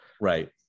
Right